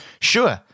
Sure